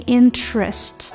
interest